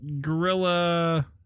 gorilla